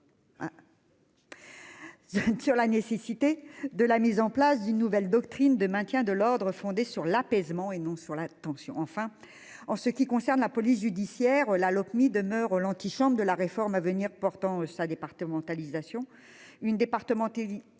Sur la nécessité de la mise en place d'une nouvelle doctrine de maintien de l'ordre fondé sur l'apaisement et non sur la tension, enfin en ce qui concerne la police judiciaire la Lopmi demeure au l'antichambre de la réforme à venir portant sa départementalisation.